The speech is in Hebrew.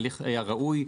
ההליך היה ראוי.